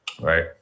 right